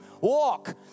walk